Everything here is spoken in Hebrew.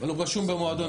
אבל הוא רשום במועדון,